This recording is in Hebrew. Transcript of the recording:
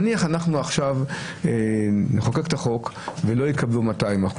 נניח שנחוקק עכשיו את החוק ולא יקבלו 200%,